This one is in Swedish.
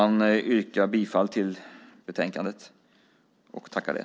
Jag yrkar bifall till förslaget i betänkandet.